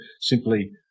simply